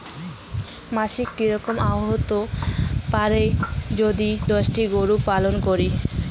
মাসিক কি রকম আয় হতে পারে যদি দশটি গরু পালন করি?